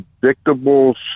predictable